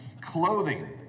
clothing